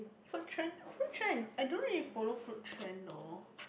food trend food trend I don't really follow food trend though